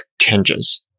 changes